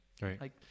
right